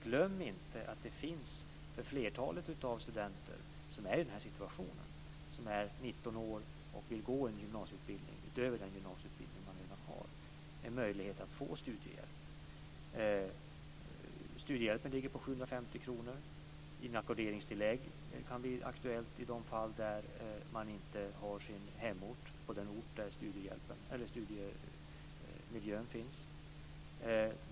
Glöm inte att det finns en möjlighet att få studiehjälp för flertalet studenter som är 19 år och vill gå en gymnasieutbildning utöver den gymnasieutbildning som de redan har. Studiehjälpen ligger på 750 kr. Inackorderingstillägg kan bli aktuellt i de fall studenterna inte har sin hemort på den ort där studierna bedrivs.